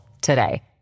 today